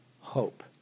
Hope